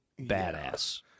badass